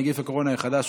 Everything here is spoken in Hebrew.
נגיף הקורונה החדש)